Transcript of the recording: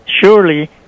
surely